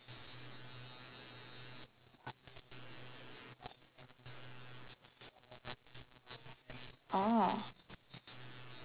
orh